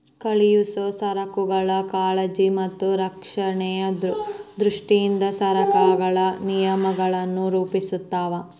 ಕಳುಹಿಸೊ ಸರಕುಗಳ ಕಾಳಜಿ ಮತ್ತ ರಕ್ಷಣೆಯ ದೃಷ್ಟಿಯಿಂದ ಸರಕಾರಗಳು ನಿಯಮಗಳನ್ನ ರೂಪಿಸ್ತಾವ